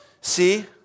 See